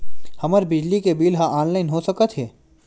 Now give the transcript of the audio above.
हमर बिजली के बिल ह ऑनलाइन हो सकत हे?